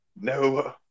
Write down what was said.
no